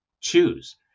choose